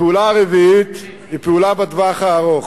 הפעולה הרביעית היא פעולה לטווח הארוך.